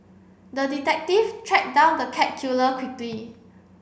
the detective tracked down the cat killer quickly